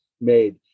made